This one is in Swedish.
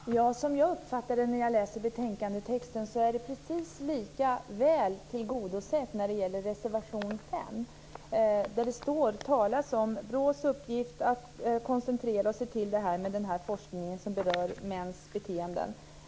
Herr talman! Som jag uppfattar det när jag läser betänkandetexten är det precis lika väl tillgodosett när det gäller reservation 5, där det talas om BRÅ:s uppgift att koncentrera sig till den forskning som berör mäns beteenden.